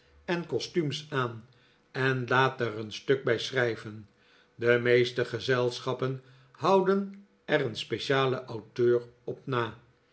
en costuums aan en laat daar een stuk bij schrijven de meeste gezelschappen houden er een specialen auteur op na